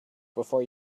before